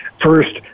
First